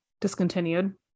discontinued